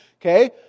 Okay